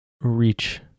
reach